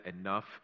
enough